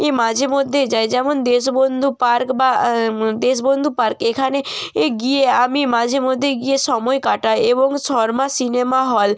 ই মাঝে মধ্যে যাই যেমন দেশবন্ধু পার্ক বা দেশবন্ধু পার্ক এখানে এ গিয়ে আমি মাঝে মধ্যে গিয়ে সময় কাটাই এবং শর্মা সিনেমা হল